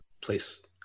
place